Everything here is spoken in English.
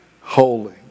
holy